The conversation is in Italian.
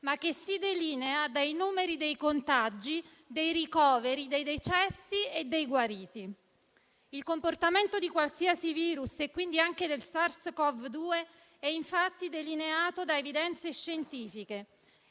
ma che si delinea dai numeri dei contagi, dei ricoveri, dei decessi e dei guariti. Il comportamento di qualsiasi virus, e quindi anche del SARS-Cov-2, è infatti delineato da evidenze scientifiche